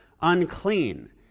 unclean